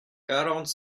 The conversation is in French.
quarante